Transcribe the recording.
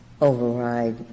override —